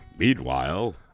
Meanwhile